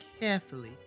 carefully